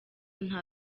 nta